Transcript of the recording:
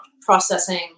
processing